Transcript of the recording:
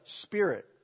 spirit